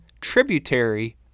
tributary